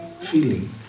feeling